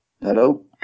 Hello